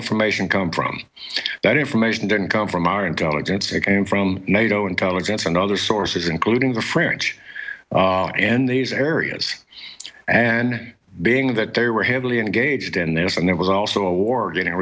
information come from that information didn't come from our intelligence it came from nato intelligence and other sources including the french in these areas and being that they were heavily engaged in this and there was also a war